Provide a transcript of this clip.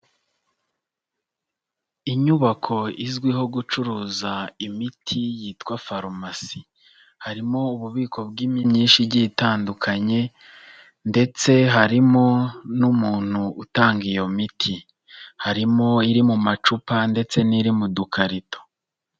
Inyubako izwiho gucuruza imiti yitwa farumasi, harimo ububiko bw'imyinshi igiye itandukanye ndetse harimo n'umuntu utanga iyo miti, harimo iri mu macupa ndetse n'iri mu dukarito.